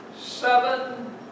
seven